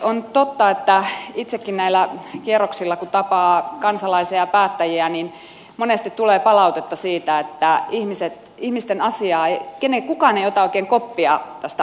on totta että itsellekin näillä kierroksilla kun tapaa kansalaisia ja päättäjiä monesti tulee palautetta siitä että ihmisten asiasta kukaan ei ota oikein koppia